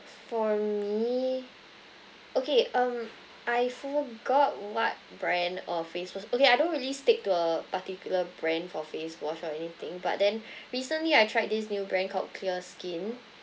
for me okay um I forgot what brand or face wash okay I don't really stick to a particular brand for face wash or anything but then recently I tried this new brand called clearskin